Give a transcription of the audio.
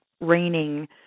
raining